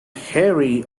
harry